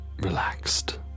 relaxed